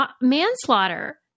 manslaughter